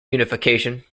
unification